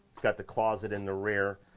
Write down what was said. got the closet in the rear,